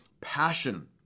passion